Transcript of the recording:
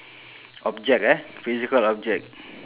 object eh physical object